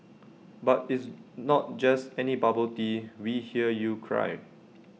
but it's not just any bubble tea we hear you cry